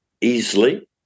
easily